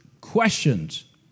questions